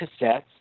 cassettes